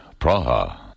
Praha